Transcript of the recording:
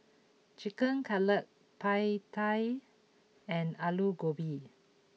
Chicken Cutlet Pad Thai and Alu Gobi